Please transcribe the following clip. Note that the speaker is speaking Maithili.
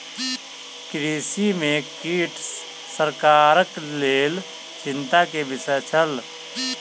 कृषि में कीट सरकारक लेल चिंता के विषय छल